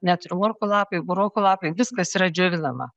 net ir morkų lapai burokų lapai viskas yra džiovinama